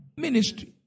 ministry